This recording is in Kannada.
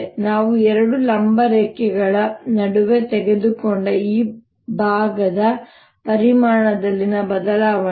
ನಾವು ಎರಡು ಲಂಬ ರೇಖೆಗಳ ನಡುವೆ ತೆಗೆದುಕೊಂಡ ಈ ಭಾಗದ ಪರಿಮಾಣದಲ್ಲಿನ ಬದಲಾವಣೆ ಇದು